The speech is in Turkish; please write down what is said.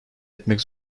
etmek